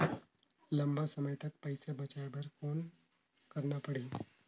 लंबा समय तक पइसा बचाये बर कौन करना पड़ही?